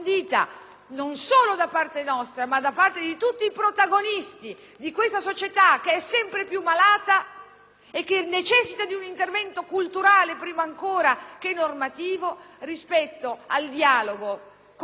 e che necessita di un intervento culturale prima ancora che normativo, rispetto al dialogo con i genitori e con la scuola, con gli attori protagonisti che sono alla base della vicenda umana della nostra società.